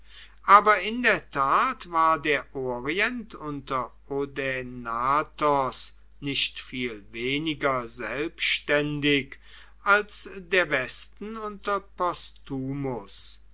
aber in der tat war der orient unter odaenathos nicht viel weniger selbständig als der westen unter